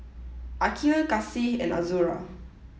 Aqil Kasih and Azura